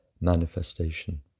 manifestation